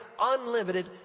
unlimited